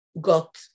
got